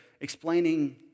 explaining